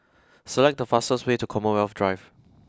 select the fastest way to Commonwealth Drive